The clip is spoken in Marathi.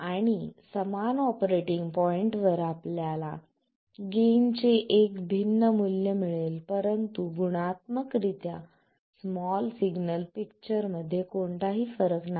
आणि समान ऑपरेटिंग पॉईंट वर आपल्याला गेनचे एक भिन्न मूल्य मिळेल परंतु गुणात्मकरित्या स्मॉल सिग्नल पिक्चर कोणताही फरक नाही